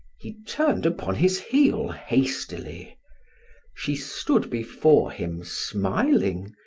he turned upon his heel hastily she stood before him smiling,